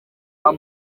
hari